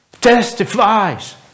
testifies